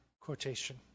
quotation